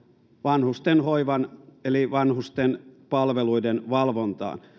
vanhusten hoivan eli vanhustenpalveluiden valvontaan